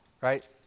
right